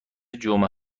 جمعه